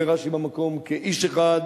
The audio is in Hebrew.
אומר רש"י במקום: "כאיש אחד